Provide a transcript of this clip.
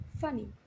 Funny